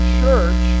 church